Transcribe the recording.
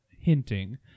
hinting